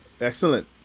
Excellent